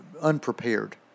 unprepared